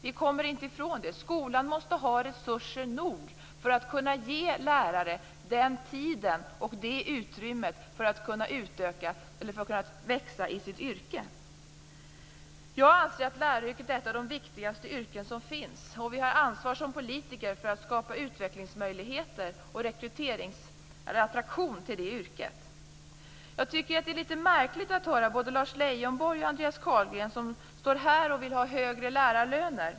Vi kommer inte ifrån det. Skolan måste ha resurser nog för att kunna ge lärare den tiden och det utrymmet för att de skall kunna växa i sitt yrke. Jag anser att läraryrket är ett av de viktigaste yrken som finns. Vi har ansvar som politiker för att skapa utvecklingsmöjligheter och attraktion i det yrket. Jag tycker att det är litet märkligt att höra både Lars Leijonborg och Andreas Carlgren, som vill ha högre lärarlöner.